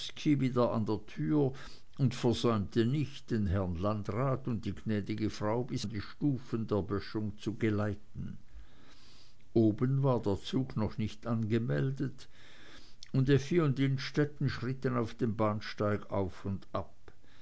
wieder in der tür und versäumte nicht den herrn landrat und die gnädige frau bis an die stufen der böschung zu geleiten oben war der zug noch nicht angemeldet und effi und innstetten schritten auf dem bahnsteig auf und ab